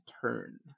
turn